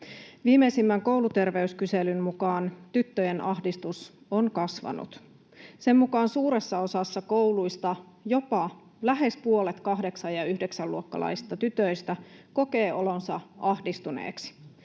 Viimeisimmän kouluterveyskyselyn mukaan tyttöjen ahdistus on kasvanut. Sen mukaan suuressa osassa kouluista jopa lähes puolet kahdeksas- ja yhdeksäsluokkalaisista tytöistä kokee olonsa ahdistuneeksi.